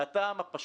מן הטעם הפשוט,